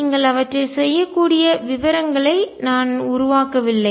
நீங்கள் அவற்றைச் செய்யக்கூடிய விவரங்களை நான் உருவாக்கவில்லை